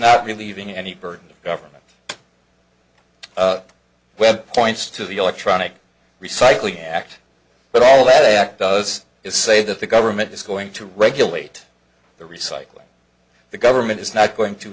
not relieving any burden of government web points to the electronic recycling act but all that act does is say that the government is going to regulate the recycling the government is not going to